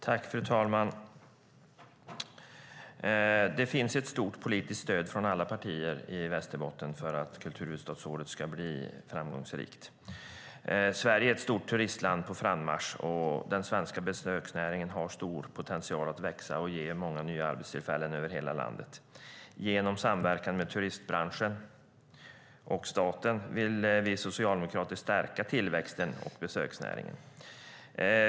Fru talman! Det finns ett stort politiskt stöd från alla partier i Västerbotten för att kulturhuvudstadsåret ska bli framgångsrikt. Sverige är ett turistland på frammarsch och den svenska besöksnäringen har stor potential att växa och skapa nya arbetstillfällen över hela landet. Genom samverkan mellan turistbranschen och staten vill vi socialdemokrater stärka tillväxten och besöksnäringen.